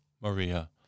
Maria